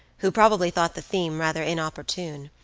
who probably thought the theme rather inopportune,